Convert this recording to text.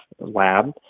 lab